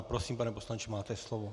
Prosím, pane poslanče, máte slovo.